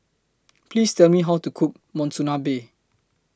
Please Tell Me How to Cook Monsunabe